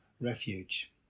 refuge